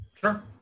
Sure